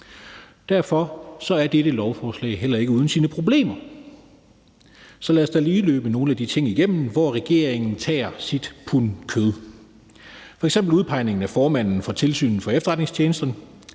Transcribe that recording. Derfor er dette lovforslag heller ikke uden sine problemer. Så lad os da lige løbe nogle af de ting igennem, hvor regeringen tager sit pund kød. Det gælder f.eks. udpegningen af formanden for Tilsynet med Efterretningstjenesterne,